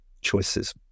choices